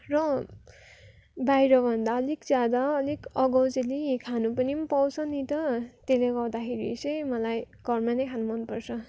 र बाहिर भन्दा अलिक ज्यादा अलिक अघाउन्जेली खानु पनि पाउँछ पनि त त्यसले गर्दाखेरि चाहिँ मलाई घरमा नै खानु मन पर्छ